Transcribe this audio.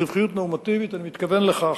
רווחיות נורמטיבית, אני מתכוון לכך